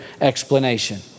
explanation